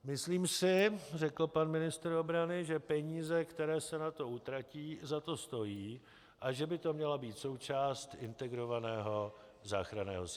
Myslím si, řekl pan ministr obrany, že peníze, které se na to utratí, za to stojí, a že by to měla být součást integrovaného záchranného systému.